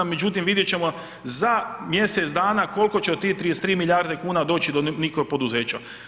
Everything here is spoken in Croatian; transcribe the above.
Međutim, vidjet ćemo za mjesec dana kolko će od tih 33 milijarde kuna doći do nekog poduzeća.